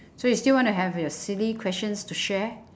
so you still want to have your silly questions to share